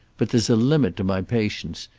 but there's a limit to my patience,